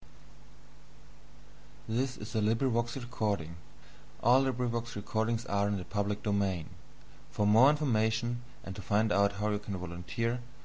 der revolutionssturm von